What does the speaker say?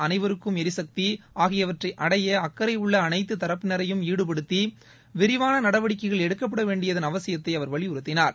அனைவருக்கும் எரிசக்தி ஆகியவற்றை அடைய அக்கறையுள்ள அனைத்து தரப்பினரையும் ஈடுபடுத்தி விரிவான நடவடிக்கைகள் எடுக்கப்படவேண்டியதன் அவசியத்தை அவர் வலியுறுத்தினார்